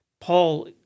Paul